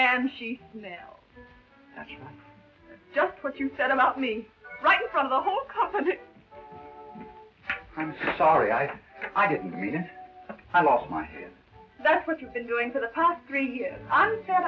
and she just what you said about me right from the whole company i'm sorry i i didn't mean i lost my that's what you've been doing for the past three